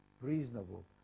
reasonable